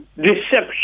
deception